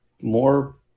more